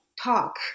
talk